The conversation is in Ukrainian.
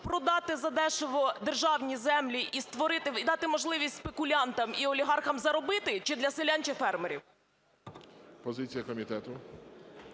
продати задешево державні землі і дати можливість спекулянтам і олігархам заробити, чи для селян, чи фермерів? ГОЛОВУЮЧИЙ. Позиція комітету.